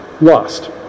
lost